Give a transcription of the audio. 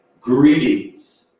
Greetings